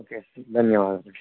okay ధన్యవాదాలు